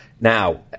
Now